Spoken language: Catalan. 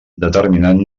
determinant